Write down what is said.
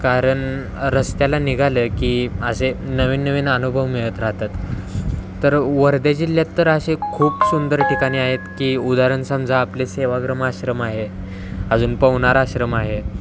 कारण रस्त्याला निघालं की असे नवीन नवीन अनुभव मिळत राहतात तर वर्धा जिल्ह्यात तर असे खूप सुंदर ठिकाणे आहेत की उदाहरण समजा आपले सेवाग्राम आश्रम आहे अजून पवनार आश्रम आहे